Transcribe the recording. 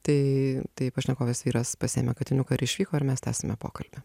tai tai pašnekovės vyras pasiėmė katiniuką ir išvyko ir mes tęsėme pokalbį